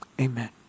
Amen